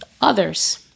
others